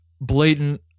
blatant